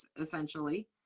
essentially